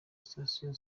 sitasiyo